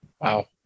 Wow